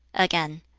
again,